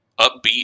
upbeat